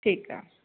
ठीकु आहे